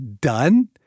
done